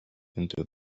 into